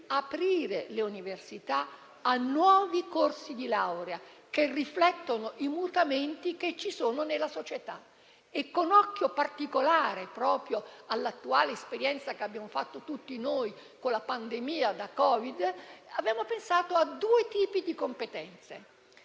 aprire le università a nuovi corsi di laurea che riflettono i mutamenti esistenti nella società. Avendo un occhio particolare proprio all'attuale esperienza, che abbiamo maturato tutti noi, con la pandemia da Covid, avevamo pensato a due tipi di competenze.